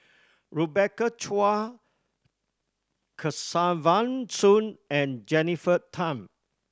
Rebecca Chua Kesavan Soon and Jennifer Tham